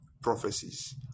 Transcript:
prophecies